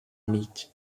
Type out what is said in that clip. meat